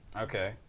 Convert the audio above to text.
Okay